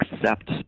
accept